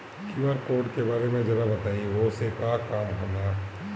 QR code के बारे में जरा बताई वो से का काम होला?